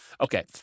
okay